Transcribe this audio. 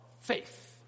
faith